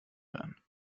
hören